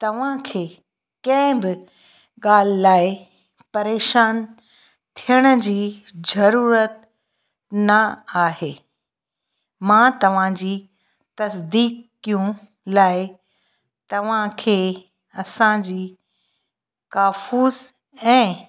तव्हां खे कंहिं बि ॻाल्हि लाइ परेशानु थियण जी ज़रूरत ना आहे मां तव्हांजी तस्दीकियूं लाइ तव्हां खे असां जी काफ़ूस ऐं